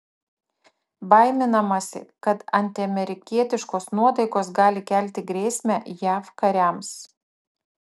baiminamasi kad antiamerikietiškos nuotaikos gali kelti grėsmę jav kariams